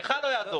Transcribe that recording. לך לא יעזור.